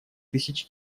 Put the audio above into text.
тысяч